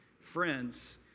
Friends